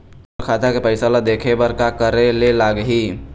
मोर खाता के पैसा ला देखे बर का करे ले लागही?